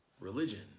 religion